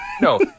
no